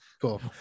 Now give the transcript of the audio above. Cool